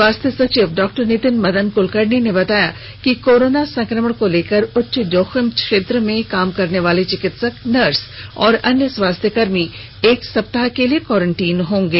स्वास्थ्य सचिव डॉ नितिन मदन कुलकर्णी ने बताया कि कोरोना संक्रमण को लेकर उच्च जोखिम क्षेत्र में काम करने वाले चिकित्सक नर्स और अन्य स्वास्थ्यकर्मी एक सप्ताह के लिए क्वारेंटीन होंगे